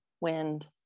wind